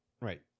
Right